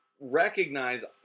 recognize